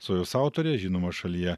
su jos autore žinomo šalyje